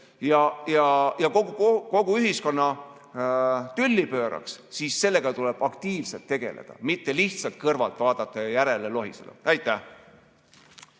ja kogu ühiskonna tülli pööraks, siis sellega tuleb aktiivselt tegeleda, mitte lihtsalt kõrvalt vaadata ja järele lohiseda. Aitäh!